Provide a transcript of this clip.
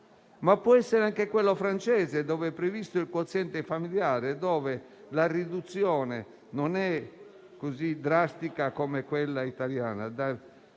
Ma può essere anche quello francese, dove è previsto il quoziente familiare, in cui la riduzione non è così drastica come quella italiana;